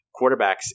quarterbacks